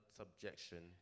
subjection